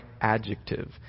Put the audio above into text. adjective